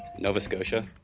nova scotia.